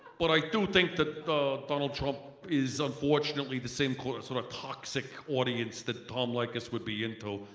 but i do think that donald trump is unfortunately the same core sort of toxic audience that tom leykis would be into.